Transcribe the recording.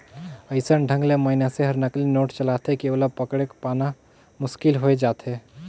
अइसन ढंग ले मइनसे हर नकली नोट चलाथे कि ओला पकेड़ पाना मुसकिल होए जाथे